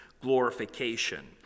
glorification